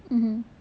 mmhmm